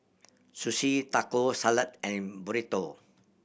Sushi Taco Salad and Burrito